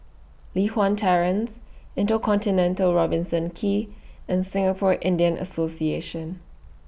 Li Hwan Terrace InterContinental Robertson Quay and Singapore Indian Association